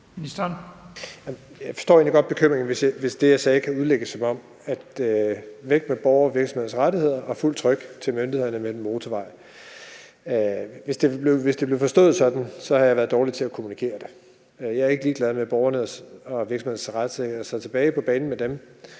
Jeg forstår egentlig godt bekymringen, hvis det, jeg sagde det, kan udlægges, som om jeg siger: Væk med borgernes og virksomhedernes rettigheder, og giv fuldt tryk til myndighederne i forhold til den motorvej. Hvis det blev forstået sådan, har jeg været dårlig til at kommunikere det. Jeg er ikke ligeglad med borgernes og virksomhedernes retssikkerhed, så lad os få dem